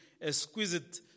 exquisite